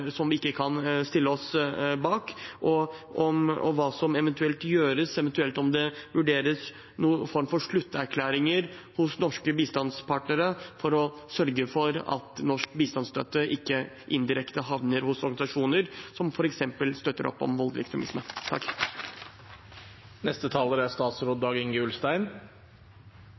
som vi ikke kan stille oss bak, og hva som eventuelt gjøres – om det eventuelt vurderes noen form for slutterklæring hos norske bistandspartnere for å sørge for at norsk bistandsstøtte ikke indirekte havner hos organisasjoner som f.eks. støtter opp om voldelig ekstremisme. Jeg har gjort rede for hvorfor det er